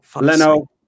Leno